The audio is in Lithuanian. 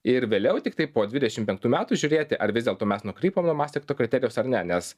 ir vėliau tiktai po dvidešimt penktų metų žiūrėti ar vis dėlto mes nukrypom nuo mastrichto kriterijus ar ne nes